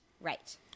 right